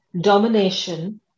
domination